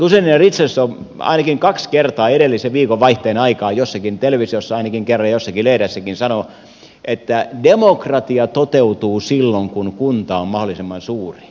ministeri guzenina richardson ainakin kaksi kertaa edellisen viikonvaihteen aikaan televisiossa ainakin kerran jossakin lehdessäkin sanoi että demokratia toteutuu silloin kun kunta on mahdollisimman suuri